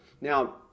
Now